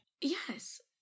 Yes